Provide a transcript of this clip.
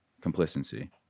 complicity